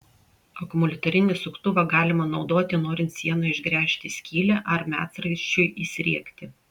akumuliatorinį suktuvą galima naudoti norint sienoje išgręžti skylę ar medsraigčiui įsriegti